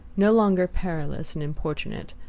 no longer perilous and importunate,